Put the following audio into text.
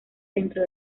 dentro